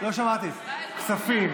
כספים.